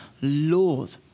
Lord